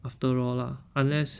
after all lah unless